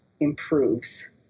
improves